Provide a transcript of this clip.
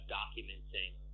documenting